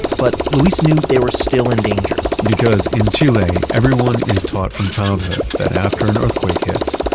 but luis knew they were still in danger because in chile, everyone is taught from childhood that after an earthquake hits,